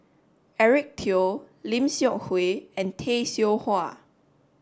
Eric Teo Lim Seok Hui and Tay Seow Huah